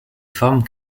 forme